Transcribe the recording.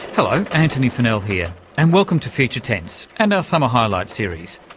hello, antony funnell here and welcome to future tense and our summer highlights series.